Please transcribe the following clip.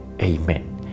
Amen